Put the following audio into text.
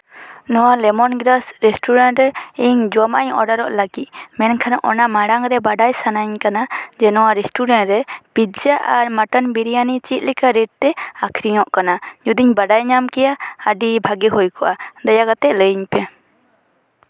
ᱱᱚᱣᱟ Lemongrass restaurant ᱨᱮ ᱤᱧ ᱡᱚᱢᱟᱜ ᱤᱧ ᱚᱰᱟᱨᱚᱜ ᱞᱟᱹᱜᱤᱫ ᱢᱮᱱᱠᱷᱟᱱ ᱚᱱᱟ ᱢᱟᱲᱟᱝᱨᱮ ᱵᱟᱰᱟᱭ ᱥᱟᱱᱟᱧ ᱠᱟᱱᱟ ᱡᱮ ᱱᱚᱣᱟ ᱨᱮᱥᱴᱩᱨᱮᱱᱴ ᱨᱮ ᱯᱤᱛᱡᱟ ᱟᱨ ᱢᱚᱴᱚᱱ ᱵᱤᱨᱭᱟᱱᱤ ᱪᱮᱫ ᱞᱮᱠᱟ ᱨᱮᱴ ᱛᱮ ᱟᱹᱠᱷᱨᱤᱧᱚᱜ ᱠᱟᱱᱟ ᱡᱩᱫᱤᱧ ᱵᱟᱲᱟᱭ ᱧᱟᱢ ᱠᱮᱭᱟ ᱟᱹᱰᱤ ᱵᱷᱟᱜᱮ ᱦᱩᱭ ᱠᱚᱜᱼᱟ ᱫᱟᱭᱟ ᱠᱟᱛᱮᱫ ᱞᱟᱹᱭᱟᱹᱧ ᱯᱮ